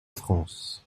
france